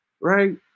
right